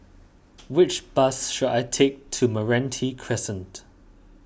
which bus should I take to Meranti Crescent